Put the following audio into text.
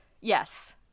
yes